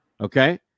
Okay